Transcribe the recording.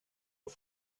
att